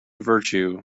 virtue